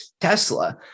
Tesla